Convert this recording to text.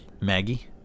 Maggie